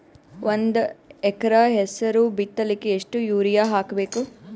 ಒಂದ್ ಎಕರ ಹೆಸರು ಬಿತ್ತಲಿಕ ಎಷ್ಟು ಯೂರಿಯ ಹಾಕಬೇಕು?